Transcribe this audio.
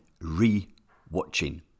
re-watching